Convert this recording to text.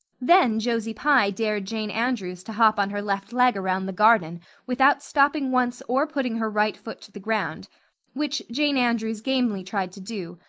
then josie pye dared jane andrews to hop on her left leg around the garden without stopping once or putting her right foot to the ground which jane andrews gamely tried to do,